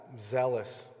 zealous